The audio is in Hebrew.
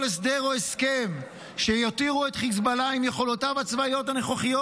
כל הסדר או הסכם שיותירו את חיזבאללה עם יכולותיו הצבאיות הנוכחיות,